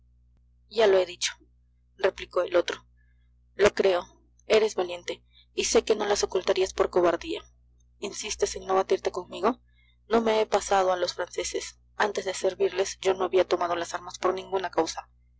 ya lo he dicho replicó el otro lo creo eres valiente y sé que no las ocultarías por cobardía insistes en no batirte conmigo no me he pasado a los franceses antes de servirles yo no había tomado las armas por ninguna causa